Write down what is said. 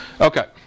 Okay